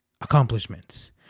accomplishments